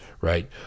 right